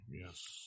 Yes